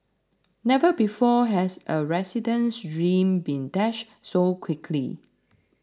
never before has a resident's dream been dashed so quickly